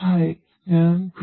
hi ഞാൻ P